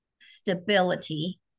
stability